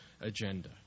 agenda